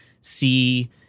see